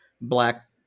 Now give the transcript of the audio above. Black